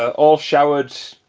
all showered.